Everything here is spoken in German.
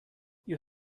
ihr